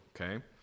okay